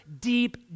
deep